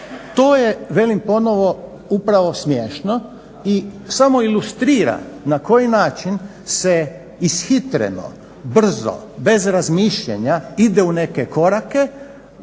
To je, velim ponovno, upravo smiješno i samo ilustrira na koji način se ishitreno, brzo, bez razmišljanja ide u neke korake,